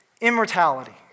immortality